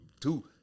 two